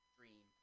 Dream